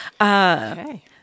Okay